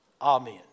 Amen